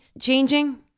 changing